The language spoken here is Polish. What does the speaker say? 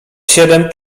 siedem